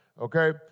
okay